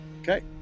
Okay